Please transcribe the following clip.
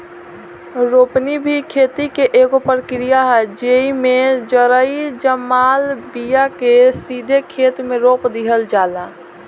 रोपनी भी खेती के एगो प्रक्रिया ह, जेइमे जरई जमाल बिया के सीधे खेते मे रोप दिहल जाला